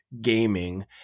gaming